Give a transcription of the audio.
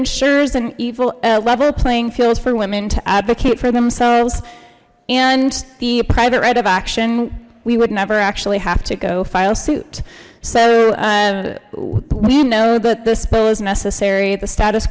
ensures an evil level playing fields for women to advocate for themselves and the private right of action we would never actually have to go file suit so we know that this bill is necessary the status